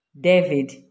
David